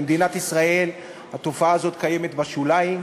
במדינת ישראל התופעה הזאת קיימת בשוליים,